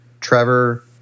Trevor